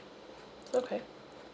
okay